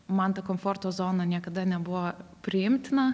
man ta komforto zona niekada nebuvo priimtina